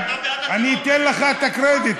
אני אתן לך את הקרדיט,